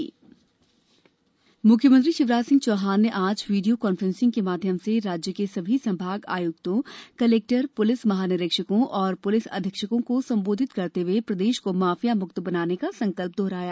मुख्यमंत्री काफ्रेंस म्ख्यमंत्री शिवराज सिंह चौहान ने आज वीडियो कांफ्रेंसिंग के माध्यम से राज्य के सभी संभाग आय्क्तों कलेक्टर प्लिस महानिरीक्षकों और प्लिस अधीक्षकों को संबोधित करते हए प्रदेश को माफिया म्फ्त बनाने का संकल्प दोहराया